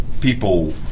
people